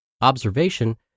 Observation